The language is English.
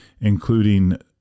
including